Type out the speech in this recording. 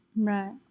Right